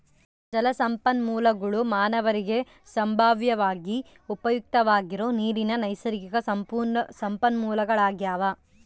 ಜಲಸಂಪನ್ಮೂಲಗುಳು ಮಾನವರಿಗೆ ಸಂಭಾವ್ಯವಾಗಿ ಉಪಯುಕ್ತವಾಗಿರೋ ನೀರಿನ ನೈಸರ್ಗಿಕ ಸಂಪನ್ಮೂಲಗಳಾಗ್ಯವ